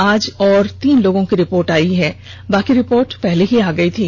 आज और तीन लोगों की रिपोर्ट आ गयी बाकी रिपोर्ट पहले ही आ गई थी